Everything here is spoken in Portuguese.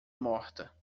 morta